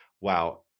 wow